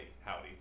howdy